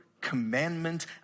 commandment